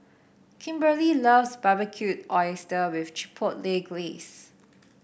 Kimberly loves Barbecued Oyster with Chipotle Glaze